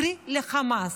קרי לחמאס.